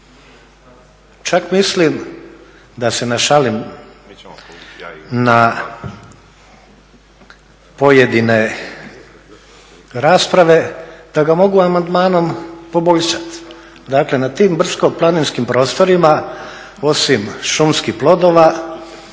Čak mislim da se našalim na pojedine rasprave, da ga mogu amandmanom poboljšat. Dakle, na tim brdsko-planinskim prostorima osim šumskih plodova,